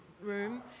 room